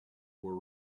were